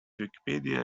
wikipedia